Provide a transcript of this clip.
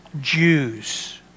Jews